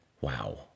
wow